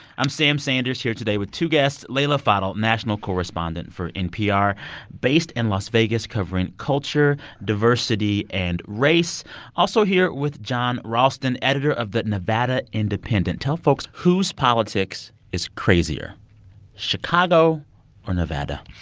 i'm sam sanders here today with two guests leila fadel, national correspondent for npr based in las vegas covering culture, diversity and race also here with jon ralston, editor of the nevada independent. tell folks whose politics is crazier chicago or nevada?